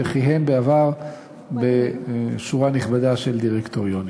וכיהן בעבר בשורה נכבדה של דירקטוריונים.